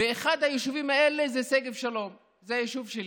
ואחד היישובים האלה זה שגב שלום, זה היישוב שלי.